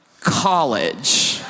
college